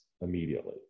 immediately